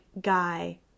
guy